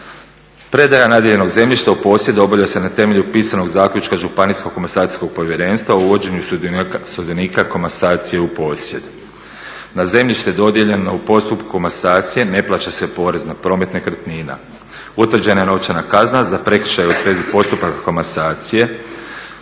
Predaja … zemljišta u posjedu obavlja se na temelju pisanog zaključka Županijskog komasacijskog povjerenstva o uvođenju sudionika komasacije u posjed. Na zemljište dodijeljeno u postupku komasacije ne plaća se porez na promet nekretnina. Utvrđena je novčana kazna za prekršaj u svezi postupaka komasacije,